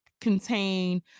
contain